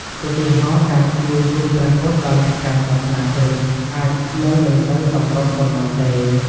ឧទាហរណ៍ ការជូនរូបព្រះពុទ្ធដល់អ្នកកាន់សាសនាគ្រិស្ត អាចនឹងមិនសូវសមរម្យប៉ុន្មានទេ។